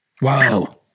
Wow